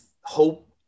hope